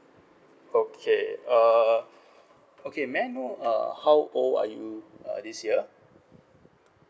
okay uh okay may I know uh how old are you uh this year